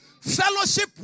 Fellowship